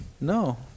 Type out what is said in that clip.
No